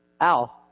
Al